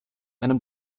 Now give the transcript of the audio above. einem